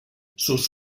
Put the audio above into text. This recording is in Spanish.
sus